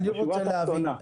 בשורה התחתונה.